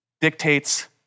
dictates